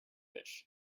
fish